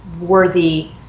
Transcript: worthy